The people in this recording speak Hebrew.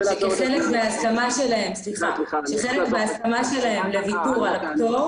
שחלק מההסכמה שלהם לוויתור על הפטור